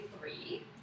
three